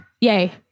Yay